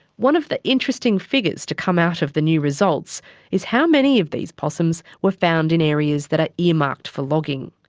one of the interesting figures to come out of the new results is how many of these possums were found in areas that are earmarked for logging.